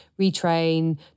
retrain